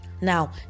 Now